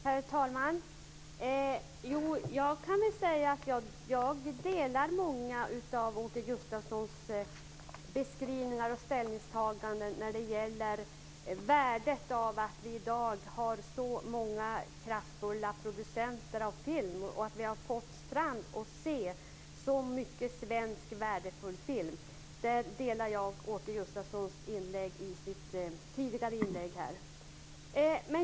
Herr talman! Jag kan säga att jag delar många av Åke Gustavssons beskrivningar och ställningstaganden när det gäller värdet av att vi i dag har så många kraftfulla producenter av film och att vi har fått fram så mycket värdefull svensk film. Där delar jag Åke Gustavssons beskrivning tidigare.